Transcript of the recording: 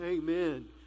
Amen